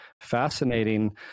fascinating